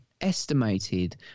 estimated